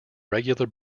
regular